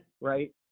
right